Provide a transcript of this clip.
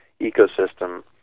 ecosystem